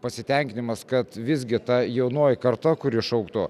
pasitenkinimas kad visgi ta jaunoji karta kuri šauktų